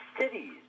cities